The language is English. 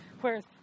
whereas